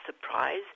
surprise